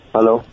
Hello